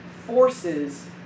Forces